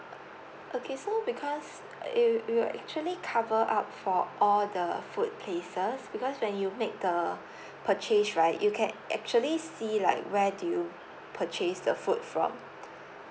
okay so because it will it will actually cover up for all the food places because when you make the purchase right you can actually see like where do you purchase the food from